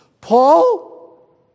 Paul